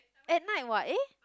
at night what eh